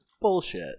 Bullshit